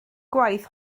gwaith